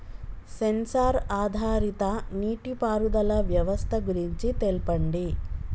Censor ఆధారిత నీటిపారుదల వ్యవస్థ గురించి తెల్పండి?